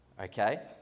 Okay